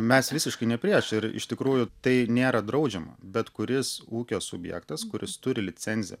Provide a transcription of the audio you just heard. mes visiškai ne priešai ir iš tikrųjų tai nėra draudžiama bet kuris ūkio subjektas kuris turi licenziją